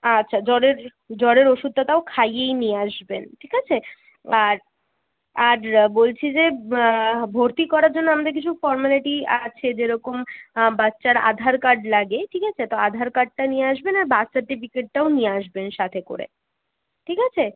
আচ্ছা জ্বরের জ্বরের ওষুধটা তাও খাইয়েই নিয়ে আসবেন ঠিক আছে আর আর বলছি যে ভর্তি করার জন্য আমাদের কিছু ফর্মালিটি আছে যেরকম বাচ্চার আধার কার্ড লাগে ঠিক আছে তো আধার কার্ডটা নিয়ে আসবেন আর বার্থ সার্টিফিকেটটাও নিয়ে আসবেন সাথে করে ঠিক আছে